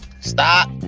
Stop